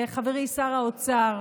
לחברי שר האוצר,